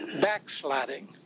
backsliding